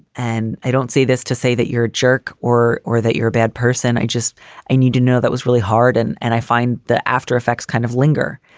and i don't see this to say that you're a jerk or or that you're a bad person. i just i need to know that was really hard. and and i find the after effects kind of linger.